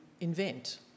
invent